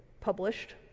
published